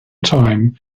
time